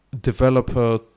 developer